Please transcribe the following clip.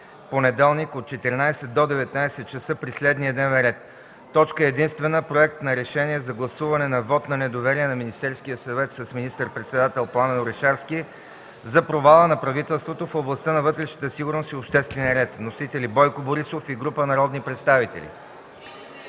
понеделник, от 14,00 до 19,00 ч. при следния дневен ред: Точка единствена. Проект на решение за гласуване вот на недоверие на Министерския съвет с министър-председател Пламен Орешарски за провала на правителството в областта на вътрешната сигурност и обществен ред. Вносители – Бойко Борисов и група народни представители.